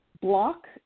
block